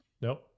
Nope